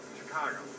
Chicago